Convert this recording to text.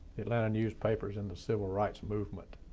the atlanta newspapers in the civil rights movement?